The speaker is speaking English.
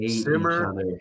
Simmer